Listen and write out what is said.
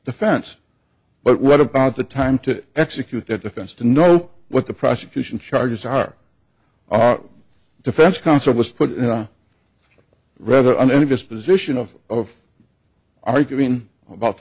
defense but what about the time to execute that defense to know what the prosecution charges are defense counsel was put into rather under any disposition of arguing about